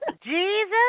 Jesus